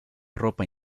ropa